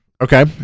okay